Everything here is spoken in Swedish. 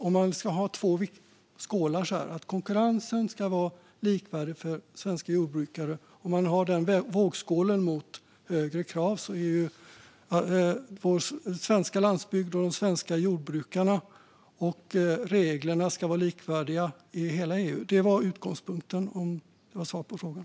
Om vi har två vågskålar och lägger högre krav i den ena ska det i den andra ligga, för svensk landsbygds och svenska jordbrukares konkurrenskrafts skull, att reglerna ska vara likvärdiga i hela EU. Det är utgångspunkten, om det nu var svar på frågan.